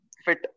fit